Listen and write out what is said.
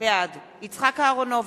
בג"ץ ציווה,